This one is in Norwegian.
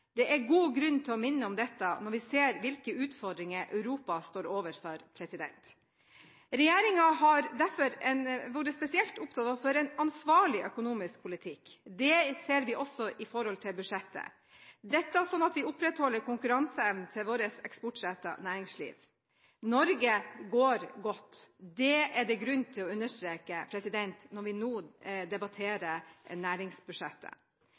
Det er god grunn til å minne om dette når vi ser hvilke utfordringer Europa står overfor. Regjeringen har derfor vært spesielt opptatt av å føre en ansvarlig økonomisk politikk – det ser vi også i budsjettet – slik at vi opprettholder konkurranseevnen til vårt eksportrettede næringsliv. Norge går godt. Det er det grunn til å understreke når vi nå debatterer næringsbudsjettet.